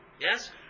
yes